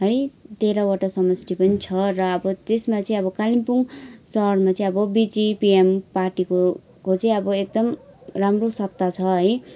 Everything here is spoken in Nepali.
है तेह्रवटा समष्टि पनि छ र अब त्यसमा चाहिँ अब कालिम्पोङ शहरमा चाहिँ अब बिजिपिएम पार्टीको चाहिँ अब एकदम राम्रो सत्ता छ है